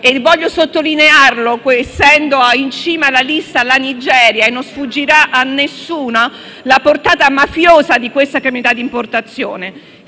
Voglio sottolineare, essendo in cima alla lista la Nigeria, che non sfuggirà a nessuno la portata mafiosa di questa criminalità di importazione.